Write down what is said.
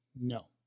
No